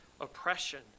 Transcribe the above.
oppression